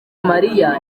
mariya